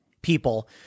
people